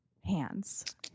hands